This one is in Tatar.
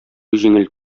җиңел